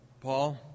Paul